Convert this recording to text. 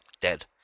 Dead